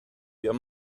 your